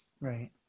Right